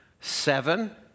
seven